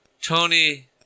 Tony